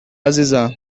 عزیزم